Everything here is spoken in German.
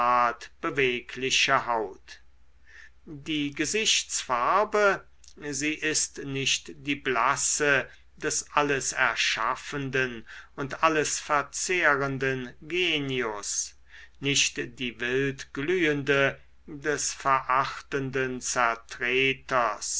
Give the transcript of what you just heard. bewegliche haut die gesichtsfarbe sie ist nicht die blasse des alles erschaffenden und alles verzehrenden genius nicht die wildglühende des verachtenden zertreters